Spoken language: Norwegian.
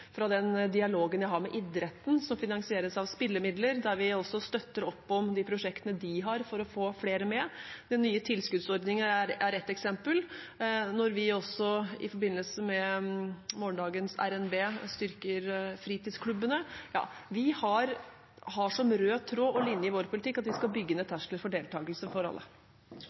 fra den dialogen vi har med idretten, som finansieres av spillemidler, der vi også støtter opp om de prosjektene de har for å få flere med – den nye tilskuddsordningen er et eksempel – og til vi også i forbindelse med morgendagens RNB styrker fritidsklubbene, har vi som rød tråd og linje i vår politikk at vi skal bygge ned terskler for deltakelse for